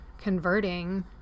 converting